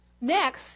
Next